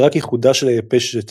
שרק איחודה של היבשת